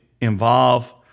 involve